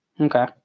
Okay